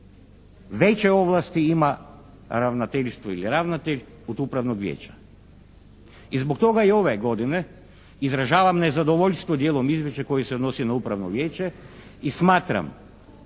veće ovlasti ima ravnateljstvo ili ravnatelj od upravnog vijeća. I zbog toga i ove godine izražavam nezadovoljstvo dijelom izvješća koji se odnosi na upravno vijeće i smatram